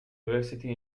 university